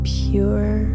pure